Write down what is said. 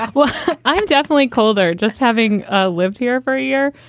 ah well, i'm definitely colder just having ah lived here for a year.